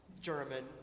German